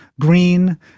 green